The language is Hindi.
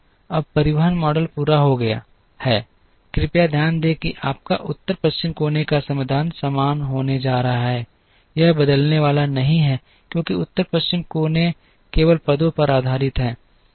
अब परिवहन मॉडल पूरा हो गया है कृपया ध्यान दें कि आपका उत्तर पश्चिम कोने का समाधान समान होने जा रहा है यह बदलने वाला नहीं है क्योंकि उत्तर पश्चिम कोने केवल पदों पर आधारित है